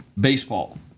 baseball